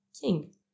king